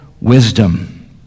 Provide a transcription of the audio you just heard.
wisdom